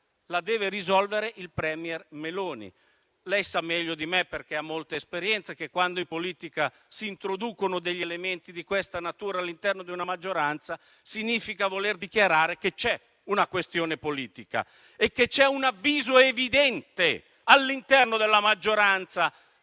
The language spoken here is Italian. la deve risolvere il *premier* Meloni. Lei sa meglio di me, avendo molta esperienza, che quando in politica si introducono degli elementi di questa natura all'interno di una maggioranza significa voler dichiarare che c'è una questione politica. C'è altresì un avviso evidente all'interno della maggioranza